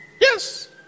yes